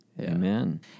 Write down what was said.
Amen